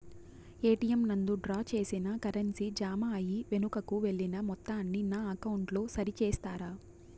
ATM నందు draw చేసిన currency jam అయి వెనుకకు వెళ్లిన మొత్తాన్ని నా అకౌంట్ లో సరి చేస్తారా?